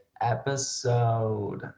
episode